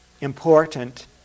important